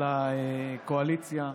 על הקואליציה,